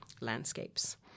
landscapes